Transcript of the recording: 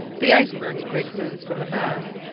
the icebergs break loose from the mass,